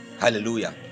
Hallelujah